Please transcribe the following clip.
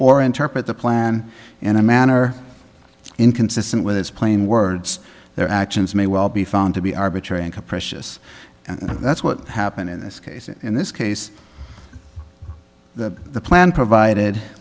or interpret the plan in a manner inconsistent with its plain words their actions may well be found to be arbitrary and capricious and that's what happened in this case in this case that the plan provided